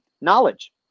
knowledge